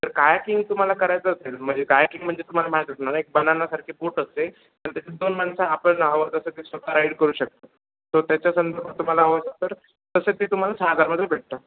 तर कायाकिंग तुम्हाला करायचं असेल म्हणजे कायाकिंग म्हणजे तुम्हाला माहीत आहे तुम्हाला एक बनानासारखी बोट असते तर त्याच्यात दोन माणसं आपण हवं तसं ते स्वतः राईड करू शकतो तो त्याच्यासंदर्भात तुम्हाला हवं तर तसं ते तुम्हाला सहा हजारमध्ये भेटतं